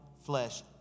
flesh